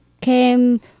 came